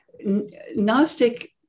Gnostic